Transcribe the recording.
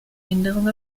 änderung